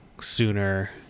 sooner